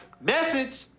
Message